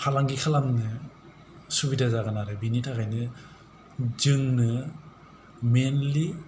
फालांगि खालामनो सुबिदा जागोन आरो बिनि थाखायनो जोंनो मेनलि